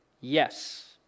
Yes